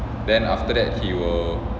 then after that he will